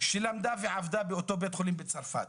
שלמדה ועבדה באותו בית חולים בצרפת,